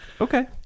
okay